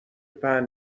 پهن